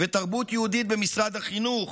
ותרבות יהודית במשרד החינוך.